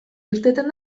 irteten